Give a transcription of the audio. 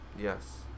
Yes